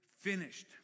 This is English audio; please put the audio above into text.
finished